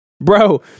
bro